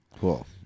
Cool